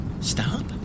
Stop